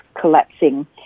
collapsing